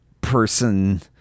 person